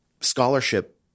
scholarship